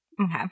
Okay